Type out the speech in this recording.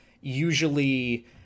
Usually